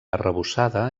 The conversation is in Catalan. arrebossada